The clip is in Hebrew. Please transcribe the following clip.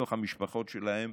לתוך המשפחות שלהם.